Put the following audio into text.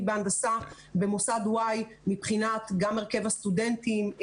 בהנדסה במוסד אחר גם מבחינת הרכב הסטודנטים.